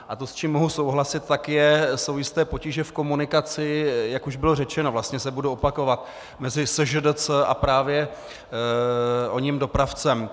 A to, s čím mohu souhlasit, tak jsou jisté potíže v komunikaci, jak už bylo řečeno, vlastně se budu opakovat, mezi SŽDC a právě oním dopravcem.